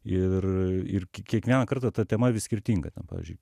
ir ir kiekvieną kartą ta tema vis skirtinga ten pavyzdžiui